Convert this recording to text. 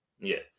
Yes